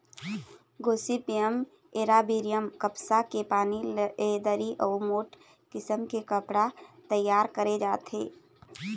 Gossypium arboreum कपसा के पोनी ले दरी अउ मोठ किसम के कपड़ा तइयार करे जाथे